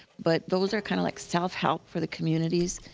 but those are kind of like self-help for the communities,